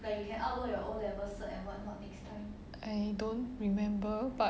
I don't remember but